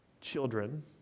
Children